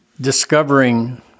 discovering